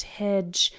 hedge